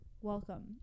Welcome